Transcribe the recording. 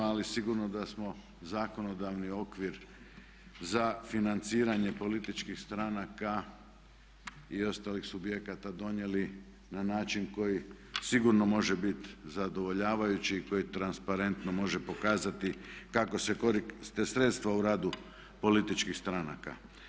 Ali sigurno da smo zakonodavni okvir za financiranje političkih stranaka i ostalih subjekata donijeli na način koji sigurno može biti zadovoljavajući i koji transparentno može pokazati kako se koriste sredstva u radu političkih stranaka.